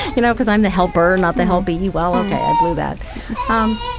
you know, because i'm the helper, not the helpee. well, ok, i blew that um,